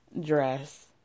dress